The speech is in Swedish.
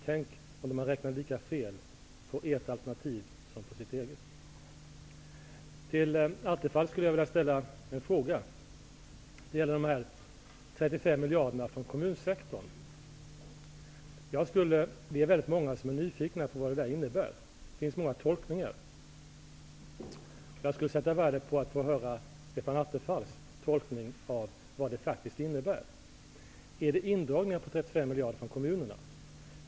Tänk om man räknat lika fel på ert alternativ som man gjort när det gäller det egna alternativet. Det gäller de 35 miljarderna från kommunsektorn. Vi är väldigt många som är nyfikna och vill veta vad detta innebär. Det finns många tolkningar. Jag skulle således sätta värde på om Stefan Attefall redogjorde för sin tolkning av vad detta faktiskt innebär. Gäller det indragningar om 35 miljarder från kommunerna?